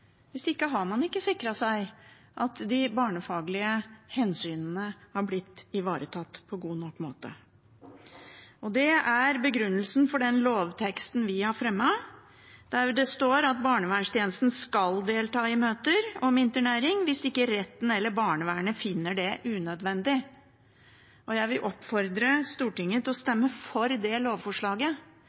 Hvis ikke har man ikke sikret seg at de barnefaglige hensynene har blitt ivaretatt på en god nok måte. Det er begrunnelsen for lovteksten vi har fremmet, der det står at barnevernstjenesten skal delta i møter om internering hvis ikke retten eller barnevernet finner det unødvendig. Jeg vil oppfordre Stortinget til å stemme for det lovforslaget,